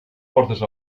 portes